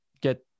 get